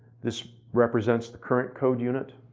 this represents the current code unit.